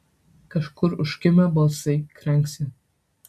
kažkur užkimę balsai kranksi